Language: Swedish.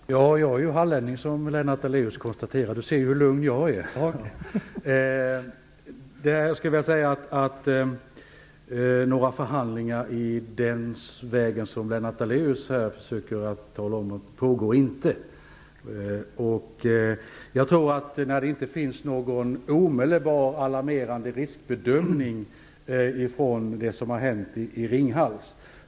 Fru talman! Jag är ju hallänning, som Lennart Daléus konstaterade. Han ser ju hur lugn jag är. Några förhandlingar i den vägen som Lennart Daléus här talar om pågår inte. Jag bedömer inte att det finns någon omedelbar alarmerande risk med anledning av det som hänt i Ringhals.